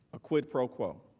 a quid pro quo.